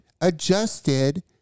adjusted